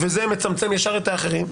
וזה מצמצם ישר את האחרים.